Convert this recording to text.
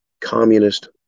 communist